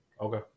Okay